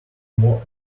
more